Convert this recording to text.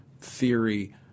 theory